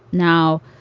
now,